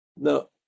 No